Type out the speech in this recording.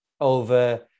over